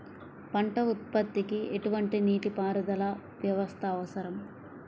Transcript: పంట ఉత్పత్తికి ఎటువంటి నీటిపారుదల వ్యవస్థ అవసరం?